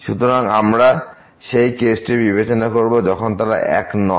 সুতরাং আমরা সেই কেসটি বিবেচনা করব যখন তারা একই নয়